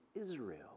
Israel